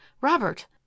Robert